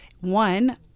One